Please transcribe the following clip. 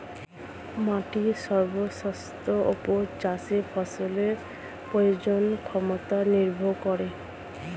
মাটির স্বাস্থ্যের ওপর চাষের ফসলের প্রজনন ক্ষমতা নির্ভর করে